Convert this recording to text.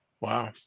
Wow